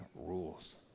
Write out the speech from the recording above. rules